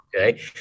Okay